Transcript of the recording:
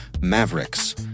Mavericks